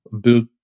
built